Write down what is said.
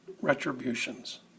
retributions